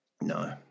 No